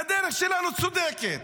והדרך שלנו צודקת,